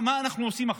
מה אנחנו עושים עכשיו,